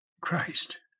christ